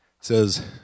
says